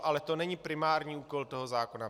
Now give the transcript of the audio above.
Ale to není primární úkol toho zákona.